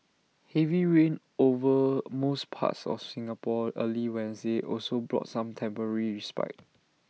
heavy rain over most parts of Singapore early Wednesday also brought some temporary respite